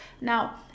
Now